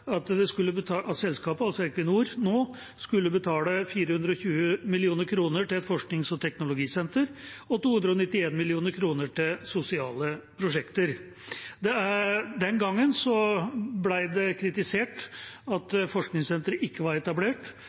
at selskapet, altså Equinor, skulle betale 420 mill. kr til et forsknings- og teknologisenter og 291 mill. kr til sosiale prosjekter. Den gangen ble det kritisert at forskningssenteret ikke var etablert,